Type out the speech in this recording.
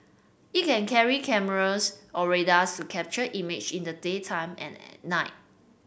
it can carry cameras or radars to capture image in the daytime and at night